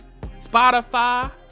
Spotify